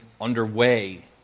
underway